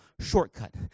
shortcut